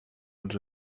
und